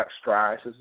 strides